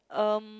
um